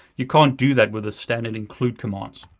you can't do that with the standard include commands.